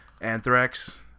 Anthrax